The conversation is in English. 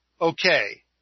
okay